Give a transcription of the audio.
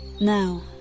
Now